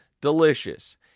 delicious